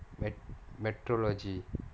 me~ meteorology